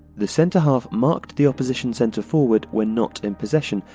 the centre-half marked the opposition centre-forward when not in possession,